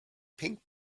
pink